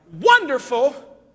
Wonderful